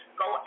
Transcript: go